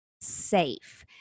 safe